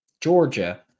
Georgia